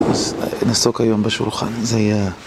נעסוק היום בשולחן, זה יהיה ה...